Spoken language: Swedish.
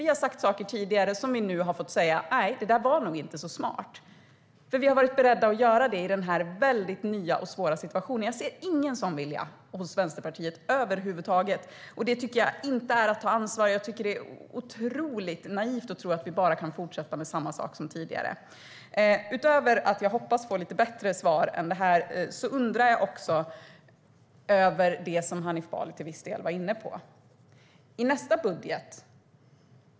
Vi har sagt saker tidigare, och nu har vi fått säga: Nej, det där var nog inte så smart. Vi har varit beredda att göra det i den här nya och väldigt svåra situationen, men jag ser ingen sådan vilja över huvud taget hos Vänsterpartiet. Det tycker jag inte är att ta ansvar, och jag tycker att det är otroligt naivt att tro att vi bara kan fortsätta med samma sak som tidigare. Utöver att jag hoppas få lite bättre svar än så här undrar jag också över det Hanif Bali till viss del var inne på.